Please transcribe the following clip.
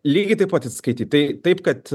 lygiai taip pat atsiskaityt tai taip kad